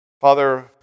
Father